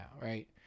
right